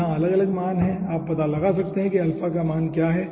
यहाँ अलग अलग मान हैं आप पता लगा सकते हैं कि अल्फा का मान क्या है